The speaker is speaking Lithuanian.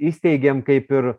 įsteigėm kaip ir